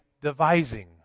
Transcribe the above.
devising